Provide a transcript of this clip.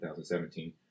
2017